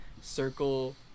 circle